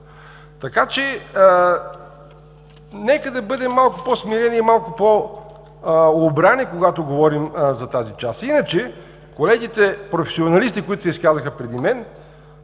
Така че нека да бъдем малко по-смирени и малко по-обрани, когато говорим за тази част. Иначе колегите професионалисти, които се изказаха преди мен,